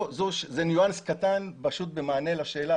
זה ניואנס קטן במענה לשאלה,